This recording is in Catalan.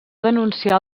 denunciar